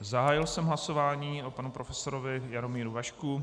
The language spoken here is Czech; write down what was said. Zahájil jsem hlasování o panu profesorovi Jaromíru Vašků.